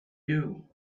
you